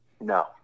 no